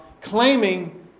claiming